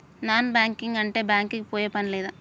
Non banking అంటే bank కి పోయే పని లేదా?